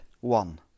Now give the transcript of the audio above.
one